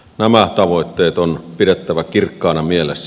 nämä tavoitteet on pidettävä kirkkaina mielessä